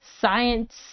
science